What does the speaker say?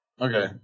Okay